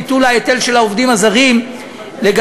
ביטול ההיטל של העובדים הזרים לגבי